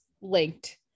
linked